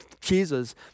Jesus